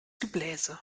gebläse